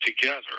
together